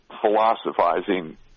philosophizing